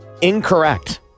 Incorrect